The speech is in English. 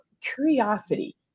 curiosity